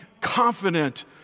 confident